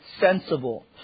Sensible